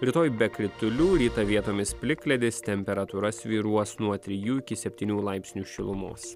rytoj be kritulių rytą vietomis plikledis temperatūra svyruos nuo trijų iki septynių laipsnių šilumos